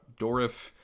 dorif